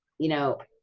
you know,